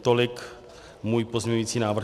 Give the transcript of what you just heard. Tolik můj pozměňovací návrh.